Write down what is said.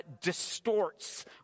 distorts